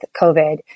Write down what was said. COVID